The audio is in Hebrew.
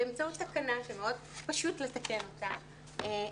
באמצעות תקנה שמאוד פשוט להתקין אותה,